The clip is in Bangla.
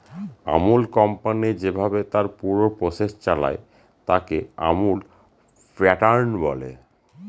আমুল কোম্পানি যেভাবে তার পুরো প্রসেস চালায়, তাকে আমুল প্যাটার্ন বলে